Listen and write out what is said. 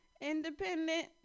independent